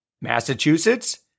Massachusetts